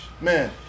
man